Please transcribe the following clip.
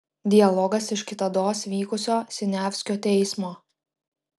dialogas iš kitados vykusio siniavskio teismo